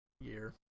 year